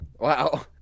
Wow